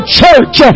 church